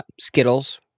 Skittles